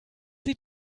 sie